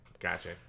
gotcha